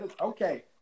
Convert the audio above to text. okay